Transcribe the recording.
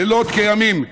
לילות כימים,